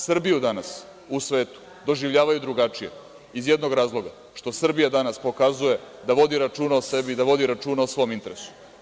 Srbiju danas u svetu doživljavaju drugačije iz jednog razloga što Srbija danas pokazuje da vodi računa o sebi, da vodi računa o svom interesu.